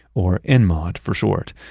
or enmod for short,